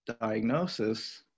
diagnosis